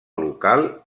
local